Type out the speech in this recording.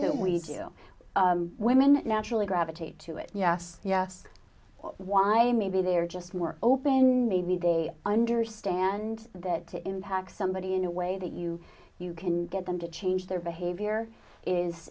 see you women naturally gravitate to it yes yes why maybe they're just more open maybe they understand that to impact somebody in a way that you you can get them to change their behavior is